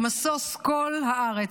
משוש כל הארץ.